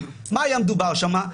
על מה היה מדובר שם?